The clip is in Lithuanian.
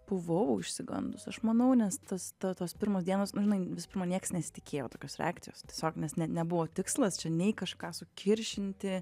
buvau išsigandus aš manau nes tas ta tos pirmos dienos nu žinai visų pirmą nieks nesitikėjo tokios reakcijos tiesiog nes ne ne buvo tikslas čia nei kažką sukiršinti